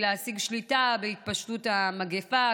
היא להשיג שליטה בהתפשטות המגפה,